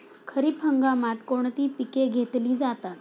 खरीप हंगामात कोणती पिके घेतली जातात?